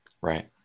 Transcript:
Right